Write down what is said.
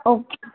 okay